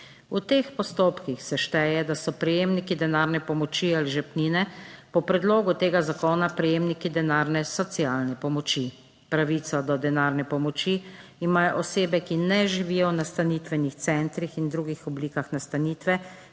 V teh postopkih se šteje, da so prejemniki denarne pomoči ali žepnine po predlogu tega zakona prejemniki denarne socialne pomoči. Pravico do denarne pomoči imajo osebe, ki ne živijo v nastanitvenih centrih in drugih oblikah nastanitve,